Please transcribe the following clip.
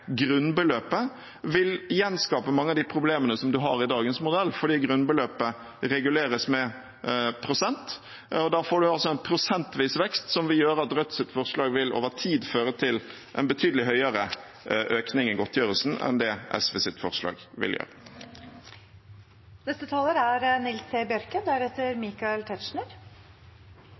grunnbeløpet vil gjenskape mange av de problemene som vi har i dagens modell, fordi grunnbeløpet reguleres med prosent. Da får vi altså en prosentvis vekst som vil gjøre at Rødts forslag over tid vil føre til en betydelig høyere økning i godtgjørelsen enn det SVs forslag vil gjøre.